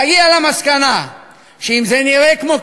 תגיע למסקנה שאם זה נראה כמו כישלון,